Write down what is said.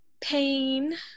Pain